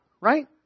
Right